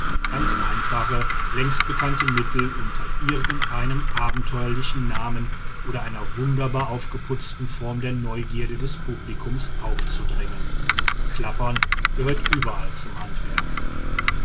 ganz einfache längst bekannte mittel unter irgendeinem abenteuerlichen namen oder einer wunderbar aufgeputzten form der neugierde des publikums aufzudrängen klappern gehört überall zum handwerk